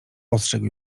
ostrzegł